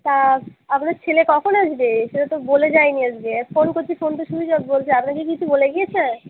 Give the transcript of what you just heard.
তা আপনার ছেলে কখন আসবে সেটা তো বলে যায় নি আজকে আর ফোন করছি ফোন তো সুইচ অফ বলছে আপনাকে কিছু বলে গিয়েছে